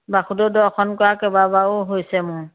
বাসুদেও দৰ্শন কৰা কেইবাবাৰু হৈছে মোৰ